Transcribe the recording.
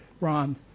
Ron